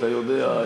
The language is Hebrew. אתה יודע,